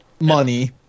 Money